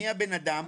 מי הבן אדם,